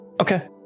Okay